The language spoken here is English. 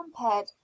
compared